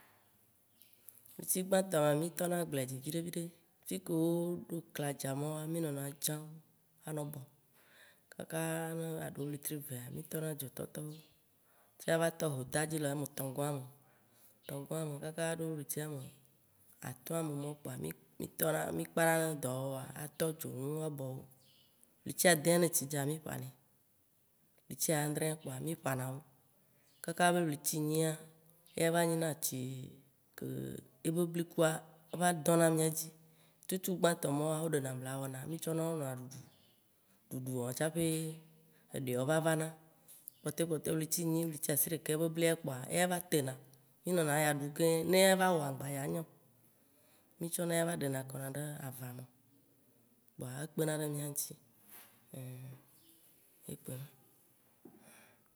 Letsi gbãtɔ me mì tɔna agblea dzi viɖe viɖe, fikewo ɖo gbadza mɔwoa, mì nɔna dzawo, anɔ bɔ kakaaa ne aɖo letri vea, mì tɔna dzo tɔtɔwo, ce ava tɔ ho ta dzi le ame tɔ̃ gɔ̃a me. Tɔgɔ̃a me kaka aɖo letri ame atɔ̃a me mɔwo kpoa mì kpana dɔwɔwɔa atɔ dzo nuwo, abɔ wo. Letsi adea ne tsi dza mì ƒanɛ, letsi ãdrẽa mì ƒana wo. Kaka be letsi nyia, ya va nyina tsi ke yebe blikua, va dɔ̃na mìa dzi. Tutugbãtɔ mɔwo wo ɖena bla wɔna, mì tsɔna wo nɔa ɖuɖu, ɖuɖua tsaƒe eɖeawo va vana, kpɔtɔa kpɔtɔa, letsi nyi, letsi asiɖeke be blia kpoa, eya va tena. Mì nɔna eya ɖu keŋ, ne eya va wɔa, mgba ya nya o. Mì tsɔna ya va ɖena kɔna ɖe ava me. Kpoa ekpena ɖe mìa ŋti, ye kpoe ma.